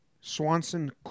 Swanson